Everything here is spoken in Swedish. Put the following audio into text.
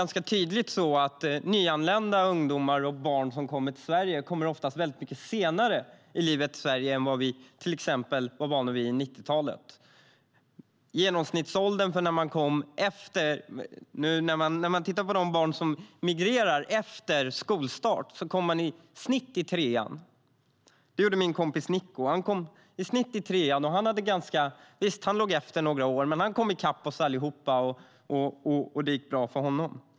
Nyanlända ungdomar och barn som kommer till Sverige kommer oftast mycket senare i livet än vad vi var vana vid till exempel på 90-talet. De barn som migrerade efter skolstart kom tidigare i genomsnitt i trean. Min kompis Nico kom i trean. Visst, han låg efter några år, men han kom i kapp oss allihop, och det gick bra för honom.